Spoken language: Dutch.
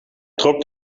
trok